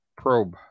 probe